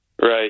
Right